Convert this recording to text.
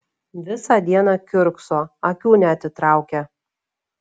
visą dieną kiurkso akių neatitraukia